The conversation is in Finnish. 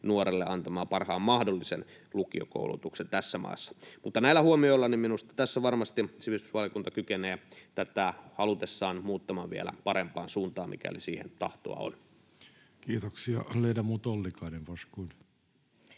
nuorelle antamaan parhaan mahdollisen lukiokoulutuksen tässä maassa. Näillä huomioilla — minusta tässä varmasti sivistysvaliokunta kykenee tätä halutessaan muuttamaan vielä parempaan suuntaan, mikäli siihen tahtoa on. [Speech 166] Speaker: